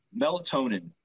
melatonin